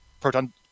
proton